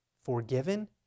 forgiven